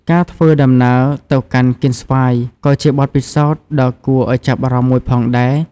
ការធ្វើដំណើរទៅកាន់កៀនស្វាយក៏ជាបទពិសោធន៍ដ៏គួរឲ្យចាប់អារម្មណ៍មួយផងដែរ។